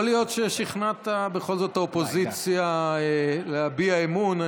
יכול להיות ששכנעת בכל זאת את האופוזיציה להביע אמון.